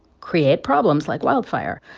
create problems like wildfire.